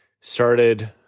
started